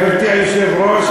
גברתי היושבת-ראש,